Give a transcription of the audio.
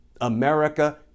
America